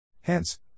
Hence